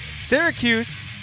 Syracuse